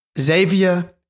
Xavier